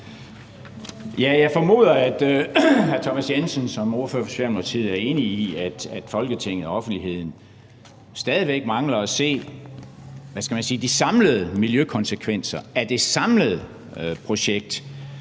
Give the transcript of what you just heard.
Jeg formoder, at hr. Thomas Jensen som ordfører for Socialdemokratiet er enig i, at Folketinget og offentligheden stadig væk mangler at se, hvad skal man sige, de samlede miljøkonsekvenser af det samlede projekt.